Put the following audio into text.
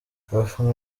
abafana